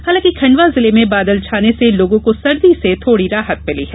हालांकि खंडवा जिले में बादल छाने से लोगों को सर्दी से थोड़ी राहत मिली है